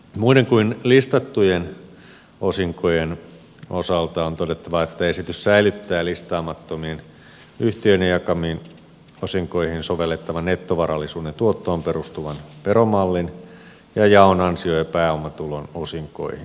muiden kuin listattujen osinkojen osalta on todettava että esitys säilyttää listaamattomien yhtiöiden jakamiin osinkoihin sovellettavan nettovarallisuuden tuottoon perustuvan veromallin ja jaon ansio ja pääomatulon osinkoihin